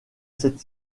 cette